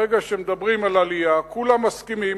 ברגע שמדברים על עלייה כולם מסכימים,